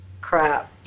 crap